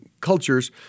cultures